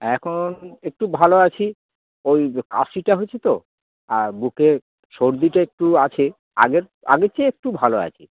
এখন একটু ভালো আছি ওই কাশিটা হচ্ছে তো আর বুকের সর্দিটা একটু আছে আগের আগে চেয়ে একটু ভালো আছে